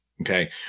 Okay